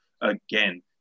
Again